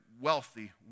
wealthy